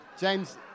James